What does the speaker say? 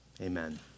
Amen